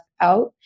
out